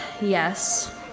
Yes